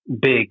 big